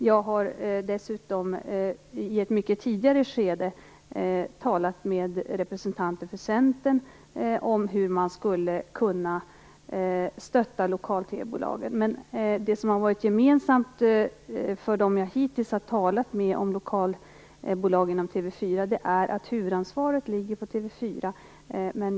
Själv har jag i ett mycket tidigare skede talat med representanter för Centern om hur man skulle kunna stötta lokal TV-bolagen. Gemensamt för dem som jag hittills talat med om lokalbolagen inom TV 4 är att man menar att huvudansvaret ligger på TV 4.